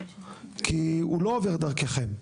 כי הוא לא עובר דרככם.